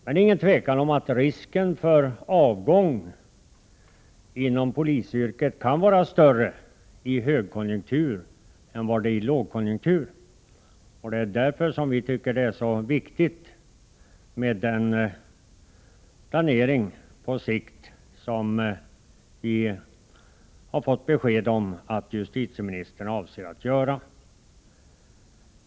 Det är inget tvivel om att risken för avgång inom polisyrket kan vara större i högkonjunkturen än vad den är i lågkonjunkturen. Det är därför som vi tycker att det är så viktigt med den planering på sikt som vi fått besked om att justitieministern avser att genomföra.